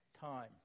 time